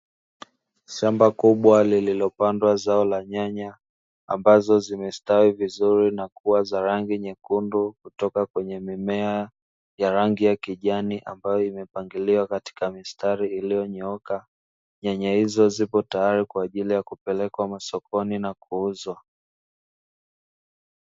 Shamba kubwa lililopandwa zao la nyanya, ambazo zimestawi vizuri na kua za rangi nyekundu kutoka kwenye mimea ya rangi ya kijani, ambayo imepangiliwa katika mistari iliyonyooka, nyanya hizo zipo tayari kwa ajili ya kupelekwa masokoni na kuuzwa.